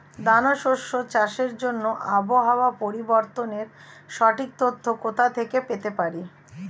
দানা শস্য চাষের জন্য আবহাওয়া পরিবর্তনের সঠিক তথ্য কোথা থেকে পেতে পারি?